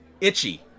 Itchy